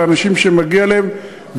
לאנשים שמגיע להם,